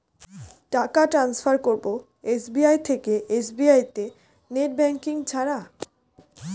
টাকা টান্সফার করব এস.বি.আই থেকে এস.বি.আই তে নেট ব্যাঙ্কিং ছাড়া?